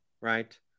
right